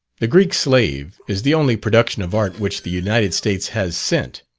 the greek slave is the only production of art which the united states has sent.